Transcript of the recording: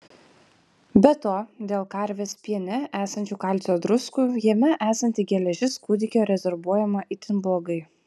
be to dėl karvės piene esančių kalcio druskų jame esanti geležis kūdikio rezorbuojama itin blogai